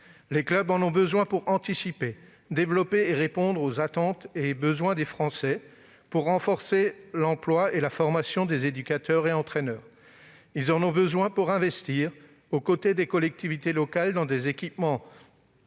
Les clubs en ont besoin pour anticiper, développer et répondre aux attentes des Français et pour renforcer l'emploi et la formation des éducateurs et des entraîneurs. Ils en ont besoin pour investir, aux côtés des collectivités locales, dans des équipements